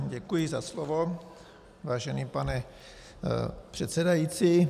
Děkuji za slovo, vážený pane předsedající.